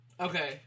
Okay